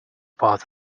part